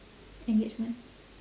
engagement